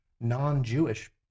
non-Jewish